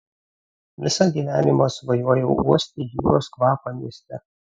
visą gyvenimą svajojau uosti jūros kvapą mieste